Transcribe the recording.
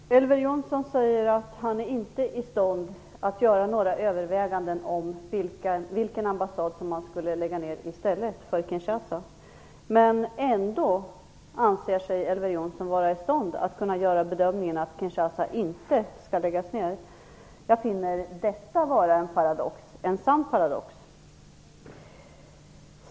Fru talman! Elver Jonsson sade att han inte är i stånd att göra några överväganden om vilken ambassad man skall lägga ned i stället för den i Kinshasa. Men ändå anser sig Elver Jonsson vara i stånd att göra bedömningen att ambassaden i Kinshasa inte bör läggas ned. Det tycker jag är en paradox - en sann paradox!